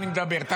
זה